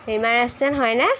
Hima restaurant হয়নে